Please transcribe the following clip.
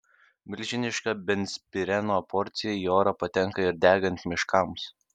milžiniška benzpireno porcija į orą patenka ir degant miškams